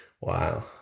Wow